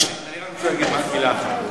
אני רק רוצה להגיד מילה אחת.